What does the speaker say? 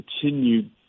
continued